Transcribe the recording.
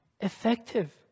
effective